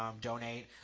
donate